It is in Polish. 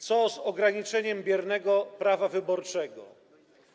Co z ograniczeniem biernego prawa wyborczego?